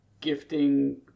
gifting